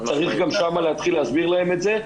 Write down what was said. צריך גם שם להתחיל להסביר להם את זה,